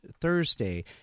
Thursday